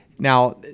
Now